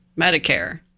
Medicare